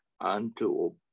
unto